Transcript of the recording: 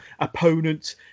opponent